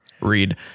Read